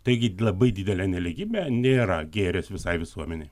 taigi labai didelė nelygybė nėra gėris visai visuomenei